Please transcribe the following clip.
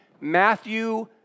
Matthew